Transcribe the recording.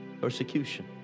persecution